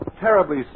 terribly